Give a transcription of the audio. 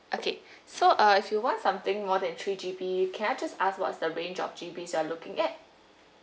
okay so uh if you want something more than three G_B can I just ask what's the range of G_Bs you are looking at